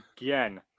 again